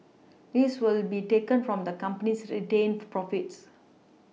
this will be taken from the company's retained profits